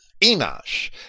Enosh